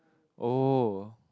oh